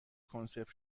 کنسرو